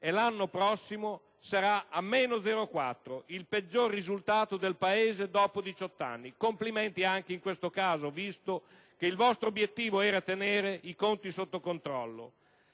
e l'anno prossimo sarà a meno 0,4, il peggior risultato del Paese dopo 18 anni. Complimenti anche in questo caso, visto che il vostro obiettivo era tenere i conti sotto controllo!